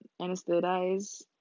anesthetize